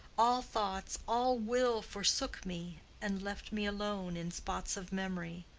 all thoughts, all will, forsook me and left me alone in spots of memory,